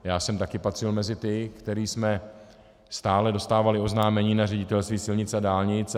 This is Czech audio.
Já jsem taky patřil mezi ty, kteří jsme stále dostávali oznámení na Ředitelství silnic a dálnic.